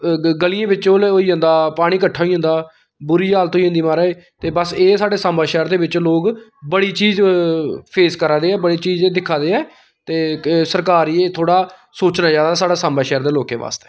गलियें बिच्च ओह् होई जंदा पानी कट्ठा होई जंदा बुरी हालत होई जंदी महाराज ते बस एह् स्हाड़े साम्बा शैह्र दे बिच्च लोग बड़ी चीज फेस करा दे ऐ बड़ी चीज दिक्खा दे ऐ ते सरकार गी एह् थोह्ड़ा सोचना चाहिदा स्हाढ़ै साम्बा शैह्र दे लोकें वास्तै